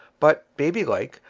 but, baby-like,